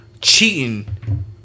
Cheating